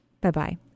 Bye-bye